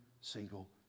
single